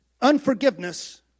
Unforgiveness